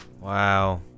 wow